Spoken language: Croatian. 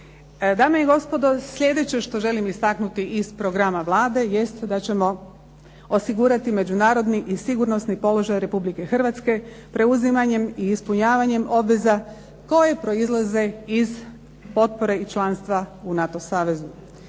Dame i gospodo, slijedeće što želim istaknuti iz programa Vlade jest da ćemo osigurati međunarodni i sigurnosni položaj Republike Hrvatske preuzimanjem i ispunjavanjem obveza koje proizlaze iz potpore i članstva u NATO savezu.